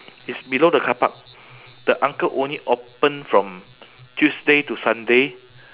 it's below the carpark the uncle only open from tuesday to sunday